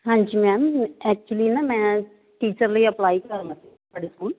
ਹਾਂਜੀ ma'am actually ਨਾ ਮੈਂ ਟੀਚਰ ਲਈ ਅਪਲਾਈ ਕਰਨਾ ਸੀ ਤੁਹਾਡੇ ਸਕੂਲ